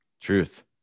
Truth